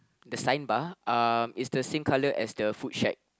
the sign bar uh it's the same colour as the food shack